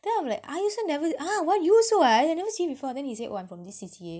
then I'm like I also never ah [what] you also I've never seen before then he said oh I'm from this C_C_A